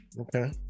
Okay